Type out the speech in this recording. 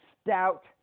stout